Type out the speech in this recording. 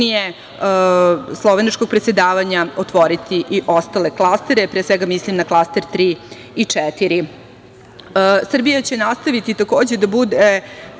EU, slovenačkog predsedavanja otvoriti i ostale klastere, pre svega mislim na klaster 3. i 4.Srbija će nastaviti takođe da bude